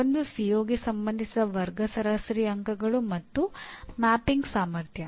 ಒಂದು ಸಿಒಗೆ ಸಂಬಂಧಿಸಿದ ವರ್ಗ ಸರಾಸರಿ ಅಂಕಗಳು ಮತ್ತು ಮ್ಯಾಪಿಂಗ್ ಸಾಮರ್ಥ್ಯ